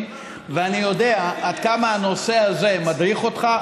ואני יודע עד כמה הנושא הזה מדריך אותך,